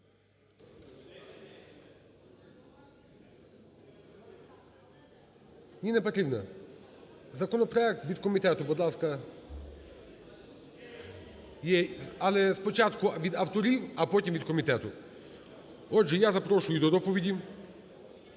Ніна Петрівна, законопроект від комітету, будь ласка. Є. Але спочатку від авторів, а потім від комітету. Отже, я запрошую до доповіді